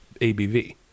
ABV